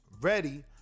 ready